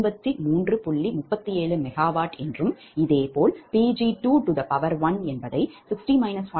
37MW என்றும் இதேபோல் Pg2120